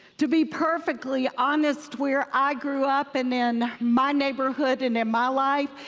to be perfectly honest, where i grew up and in my neighborhood and in my life,